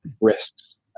risks